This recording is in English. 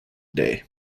day